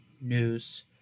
news